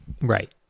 right